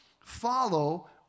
follow